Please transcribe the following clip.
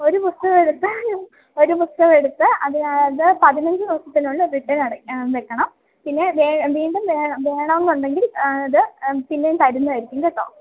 ഒരു ബുക്ക് എടുത്താലും ഒരു ബുക്ക് എടുത്ത് അതായത് പതിനഞ്ച് ദിവസത്തിനുള്ളിൽ റിട്ടേൺ വെയ്ക്കണം പിന്നെ വീണ്ടും വേണമെന്നുണ്ടെങ്കിൽ ആ ഇത് പിന്നെയും തരുന്നതായിരിക്കും കേട്ടോ